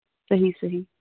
صحیح صحیح